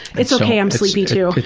its ok i'm sleepy too.